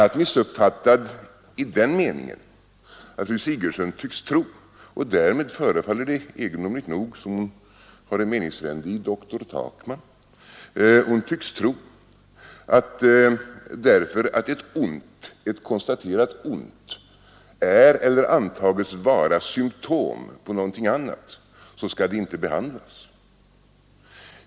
Den är missuppfattad bl.a. i den meningen, att fru Sigurdsen tycks tro — och därvid förefaller det, egendomligt nog, som om hon hade en meningsfrände i dr Takman — att därför att ett konstaterat ont är eller antages vara symtom på någonting annat, så skall det inte behandlas.